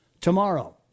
tomorrow